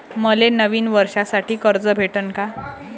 मले नवीन वर्षासाठी कर्ज भेटन का?